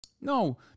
No